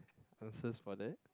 answers for that